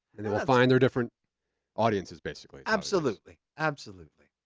and then they'll find their different audiences, basically. absolutely. absolutely.